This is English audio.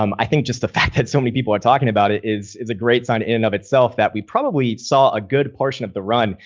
um i think just the fact that so many people are talking about it is is a great sign in of itself that we probably saw a good portion of the run,